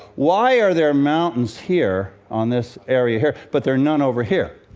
why are there mountains here, on this area here, but there are none over here?